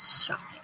shocking